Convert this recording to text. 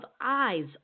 eyes